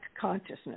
consciousness